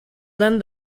than